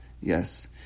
Yes